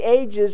ages